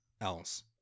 else